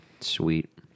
Sweet